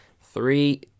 Three